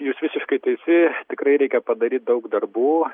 jūs visiškai teisi tikrai reikia padaryt daug darbų